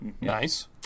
Nice